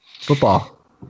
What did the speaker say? football